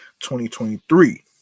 2023